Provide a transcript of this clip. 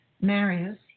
Marius